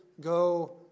go